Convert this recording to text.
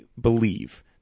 believe